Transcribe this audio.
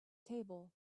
table